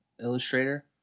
illustrator